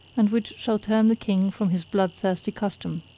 and which shall turn the king from his blood thirsty custom.